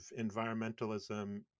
environmentalism